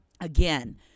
again